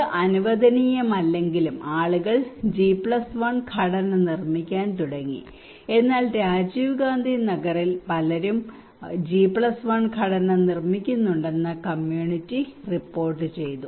ഇത് അനുവദനീയമല്ലെങ്കിലും ആളുകൾ G1 ഘടന നിർമ്മിക്കാൻ തുടങ്ങി എന്നാൽ രാജീവ് ഗാന്ധി നഗറിൽ ഇപ്പോൾ പലരും G1 ഘടന നിർമ്മിക്കുന്നുണ്ടെന്ന് കമ്മ്യൂണിറ്റി റിപ്പോർട്ട് ചെയ്തു